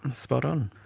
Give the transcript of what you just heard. spot on.